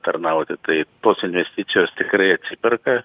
tarnauti tai tos investicijos tikrai atsiperka